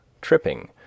tripping